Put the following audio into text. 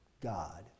God